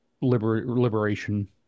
liberation